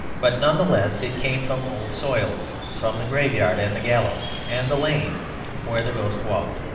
but none the less it came from old soils, from the graveyard and the gallows, and the lane where the ghost walked.